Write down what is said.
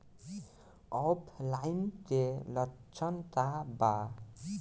ऑफलाइनके लक्षण क वा?